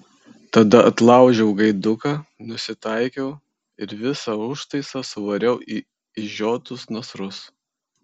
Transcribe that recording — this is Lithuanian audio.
tada atlaužiau gaiduką nusitaikiau ir visą užtaisą suvariau į išžiotus nasrus